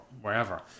wherever